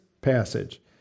passage